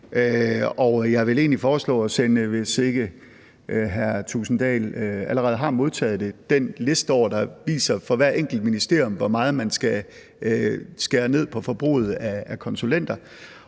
egentlig foreslå at sende, hvis ikke hr. Jens Henrik Thulesen Dahl allerede har modtaget den, den liste, der for hvert enkelt ministerium viser, hvor meget man skal skære ned på forbruget af konsulenter.